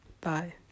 Bye